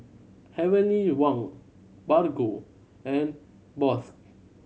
Heavenly Wang Bargo and Bosch